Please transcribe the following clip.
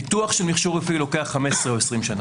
פיתוח של מכשור רפואי לוקח 20-15 שנה.